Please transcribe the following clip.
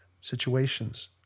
Situations